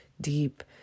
deep